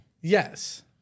Yes